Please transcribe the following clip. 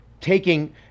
taking